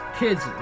kids